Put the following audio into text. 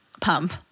pump